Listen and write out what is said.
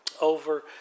over